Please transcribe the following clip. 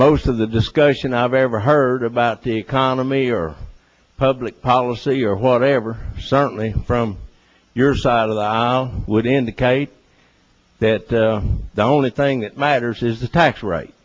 most of the discussion i've ever heard about the economy or public policy or whatever certainly from your side of the now i would indicate that the only thing that matters is the tax r